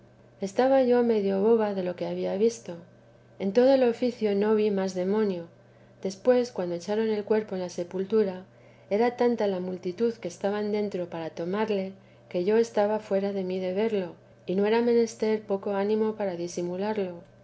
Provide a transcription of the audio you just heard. estaba yo medio boba de lo que había visto en todo el oficio no vi más demonio después cuando echaron el cuerpo en la sepultura era tanta la multitud que estaban dentro para tomarle queyo estaba fuera de mí de verlo y no era menester poco ánimo para disimularlo